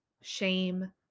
shame